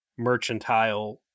merchantile